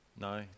No